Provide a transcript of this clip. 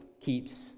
keeps